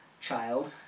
child